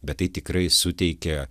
bet tai tikrai suteikia